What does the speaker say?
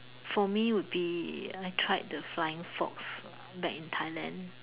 for me would be I tried the flying fox back in Thailand